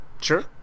sure